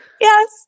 Yes